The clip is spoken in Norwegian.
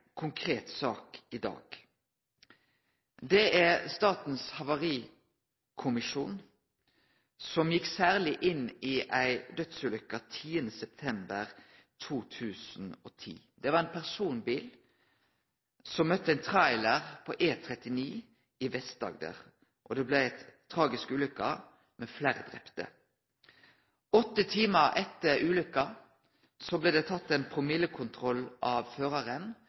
konkret sak i dag. Det gjeld Statens havarikommisjon, som gjekk særleg inn i ei dødsulykke den 10. september 2010. Det var ein personbil som møtte ein trailer på E39 i Vest-Agder, og det blei ei tragisk ulykke, med fleire drepne. Åtte timar etter ulykka blei det teke ein promillekontroll av føraren,